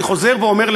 אני חוזר ואומר,